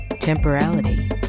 Temporality